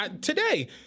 Today